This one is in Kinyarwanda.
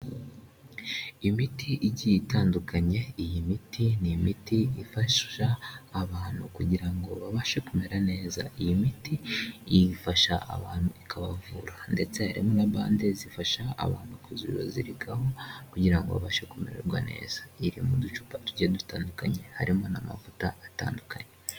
Imiti igiye itandukanye, iyi miti ni imiti ifasha abantu kugira ngo babashe kumera neza, iyi miti ifasha abantu ikabavura, ndetse harimo na bande zifasha abantu kuzibazigaho kugira ngo babashe kumererwa neza, irimo uducupa tugiye dutandukanye, harimo n'amavuta atandukanye.